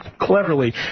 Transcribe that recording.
cleverly